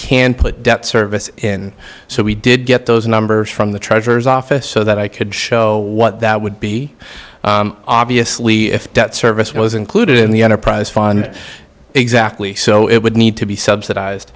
can put debt service in so we did get those numbers from the treasurer's office so that i could show what that would be obviously if debt service was included in the enterprise fund exactly so it would need to be subsidized